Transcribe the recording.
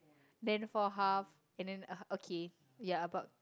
then four half and then uh okay ya but